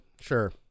Sure